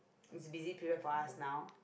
is a busy period for us now